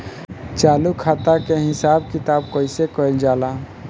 चालू खाता के हिसाब किताब कइसे कइल जाला?